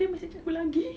dia masih chat aku lagi